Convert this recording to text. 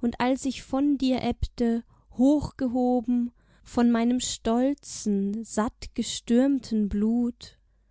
und als ich von dir ebbte hoch gehoben von meinem stolzen satt gestürmten blut